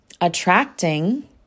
attracting